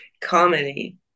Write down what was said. Comedy